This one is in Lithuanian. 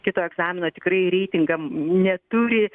kito egzamino tikrai reitingam neturi